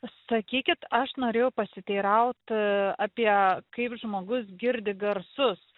sakykit aš norėjau pasiteiraut apie kaip žmogus girdi garsus